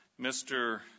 Mr